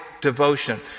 devotion